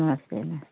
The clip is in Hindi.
नमस्ते नमस्ते